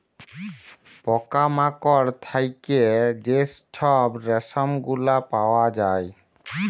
পকা মাকড় থ্যাইকে যে ছব রেশম গুলা পাউয়া যায়